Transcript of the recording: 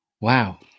Wow